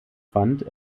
fand